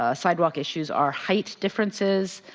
ah sidewalk issues are height differences,